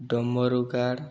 ଡମ୍ବରୁକାର